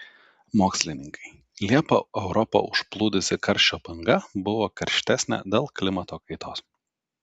mokslininkai liepą europą užplūdusi karščio banga buvo karštesnė dėl klimato kaitos